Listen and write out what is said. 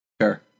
Sure